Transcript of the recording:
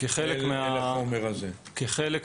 לחומר הזה?